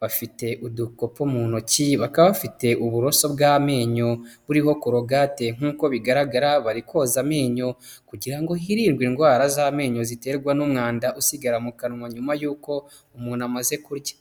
bafite udukopo mu ntoki, bakaba bafite uburoso bw'amenyo buriho korogate nk'uko bigaragara bari koza amenyo kugira ngo hirindwe indwara z'amenyo ziterwa n'umwanda usigara mu kanwa nyuma y'uko umuntu amaze kurya.